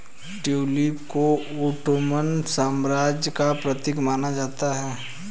tulip को Ottoman साम्राज्य का प्रतीक माना जाता है